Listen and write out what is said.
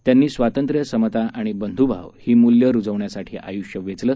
त्यांनी स्वातंत्र्य समता आणि बंधूभाव ही मूल्यं रुजवण्यासाठी आग्नष्य वेचलं